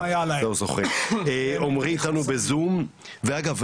עומרי איתנו בזום ואגב,